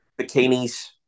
Bikinis